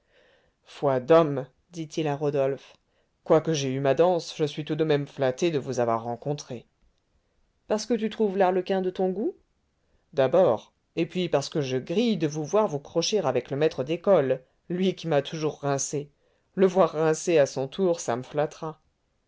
foi d'homme dit-il à rodolphe quoique j'aie eu ma danse je suis tout de même flatté de vous avoir rencontré parce que tu trouves l'arlequin de ton goût d'abord et puis parce que je grille de vous voir vous crocher avec le maître d'école lui qui m'a toujours rincé le voir rincé à son tour ça me flattera